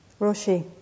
Roshi